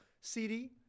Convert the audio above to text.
CD